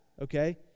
okay